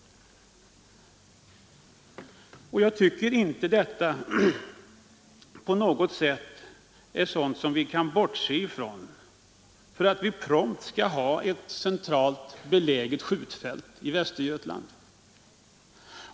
Jag tycker inte att det på något sätt är möjligt att bortse från detta, liksom jag anser att vi inte prompt skall ha ett centralt beläget skjutfält i Västergötland.